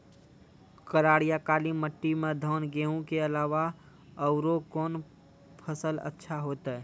करार या काली माटी म धान, गेहूँ के अलावा औरो कोन फसल अचछा होतै?